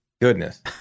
goodness